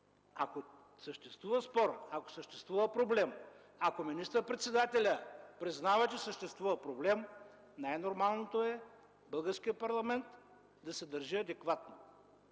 Ако съществува спор, ако съществува проблем, ако министър-председателят признава, че съществува проблем, най-нормалното е българският парламент да се държи адекватно